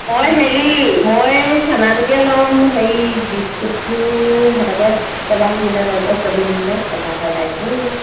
অঁ হেৰি মই চানাটোকে ল'ম হেৰি বিস্কুটটো সিহঁতকে ক'বা নহ'লে ল'ব কবি নহ'লে ক'বাহে ওলাইছে ঐ